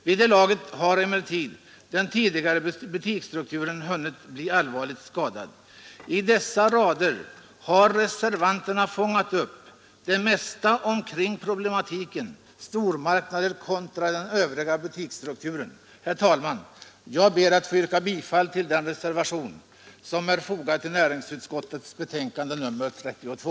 Vid det laget har emellertid den tidigare butiksstrukturen hunnit bli allvarligt skadad.” I dessa rader har reservanterna fångat upp det mesta omkring problematiken stormarknader kontra den övriga butiksstrukturen. Herr talman! Jag ber att få yrka bifall till den reservation som är fogad till näringsutskottets betänkande nr 32.